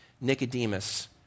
Nicodemus